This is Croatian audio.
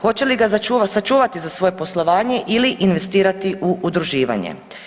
Hoće li ga sačuvati za svoje poslovanje ili investirati u udruživanje.